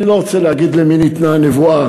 אני לא רוצה להגיד למי ניתנה הנבואה,